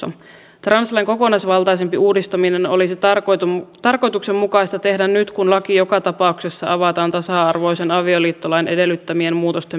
translain kokonaisvaltaisempi uudistaminen olisi tarkoituksenmukaista tehdä nyt kun laki joka tapauksessa avataan tasa arvoisen avioliittolain edellyttämien muutosten myötä